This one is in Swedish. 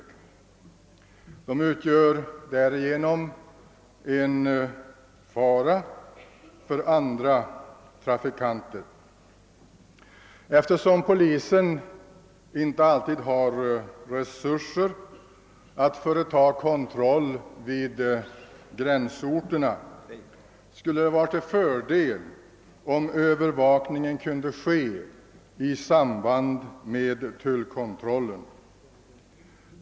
De utgör härigenom en fara för andra trafikanter. Eftersom polisen inte alltid har resurser att företa kontroller vid gränsorterna, skulle det vara till fördel om övervakningen kunde ske i samband med tullkontroller.